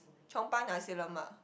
Chong-Pang nasi-lemak